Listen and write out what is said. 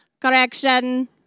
Correction